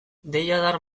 deiadar